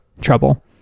trouble